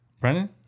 Brennan